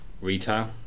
retail